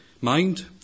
mind